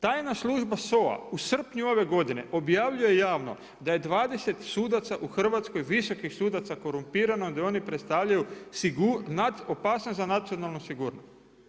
Tajna služba SOA, u srpnju ove godine objavljuje javno da je 20 sudaca u Hrvatskoj, visokih sudaca korumpirano i da oni predstavljaju opasnost za nacionalnu sigurnost.